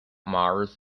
mars